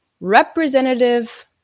representative